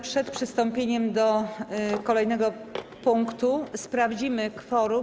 Przed przystąpieniem do kolejnego punktu sprawdzimy kworum.